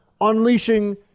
unleashing